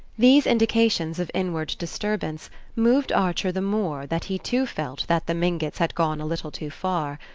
these indications of inward disturbance moved archer the more that he too felt that the mingotts had gone a little too far.